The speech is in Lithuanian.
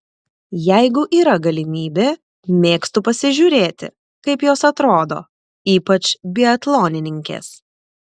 jeigu yra galimybė mėgstu pasižiūrėti kaip jos atrodo ypač biatlonininkės